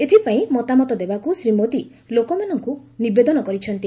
ଏଥିପାଇଁ ମତାମତ ଦେବାକୁ ଶ୍ରୀ ମୋଦି ଲୋକମାନଙ୍କୁ ନିବେଦନ କରିଛନ୍ତି